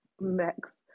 max